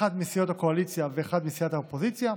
אחד מסיעות הקואליציה ואחד מסיעות האופוזיציה,